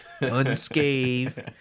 unscathed